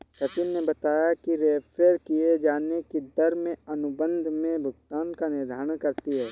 सचिन ने बताया कि रेफेर किये जाने की दर में अनुबंध में भुगतान का निर्धारण करती है